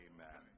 Amen